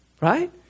right